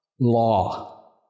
law